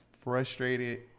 frustrated